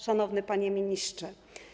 Szanowny Panie Ministrze!